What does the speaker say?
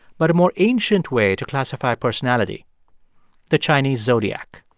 but a more ancient way to classify personality the chinese zodiac